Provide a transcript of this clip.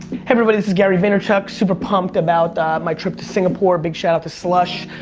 hey everybody this is gary vanderchuck, super pumped about my trip to singapore, big shoutout to slush,